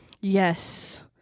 Yes